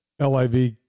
LIV